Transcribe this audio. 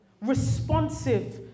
responsive